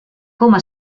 coma